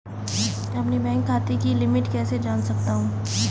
अपने बैंक खाते की लिमिट कैसे जान सकता हूं?